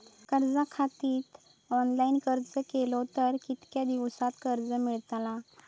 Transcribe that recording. कर्जा खातीत ऑनलाईन अर्ज केलो तर कितक्या दिवसात कर्ज मेलतला?